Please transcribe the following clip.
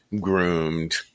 groomed